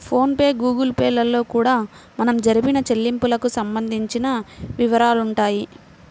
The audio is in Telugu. ఫోన్ పే గుగుల్ పే లలో కూడా మనం జరిపిన చెల్లింపులకు సంబంధించిన వివరాలుంటాయి